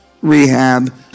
rehab